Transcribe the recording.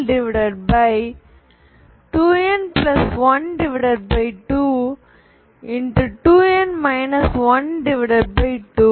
n